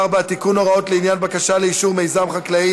התשע"ז 2017,